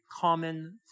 common